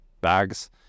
bags